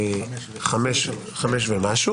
17:00 ומשהו